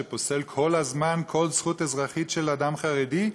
שפוסל כל הזמן כל זכות אזרחית של אדם חרדי,